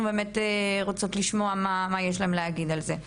באמת כולנו רוצות לשמוע מה יש להם להגיד על זה,